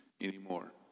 anymore